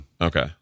Okay